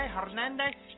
Hernandez